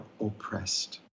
oppressed